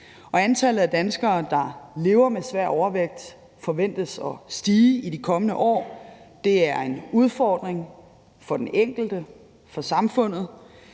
antallet af danskere, der lever med svær overvægt, forventes at stige i de kommende år. Det er en udfordring for den enkelte og for samfundet.